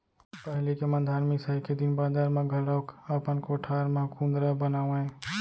पहिली के मन धान मिसाई के दिन बादर म घलौक अपन कोठार म कुंदरा बनावयँ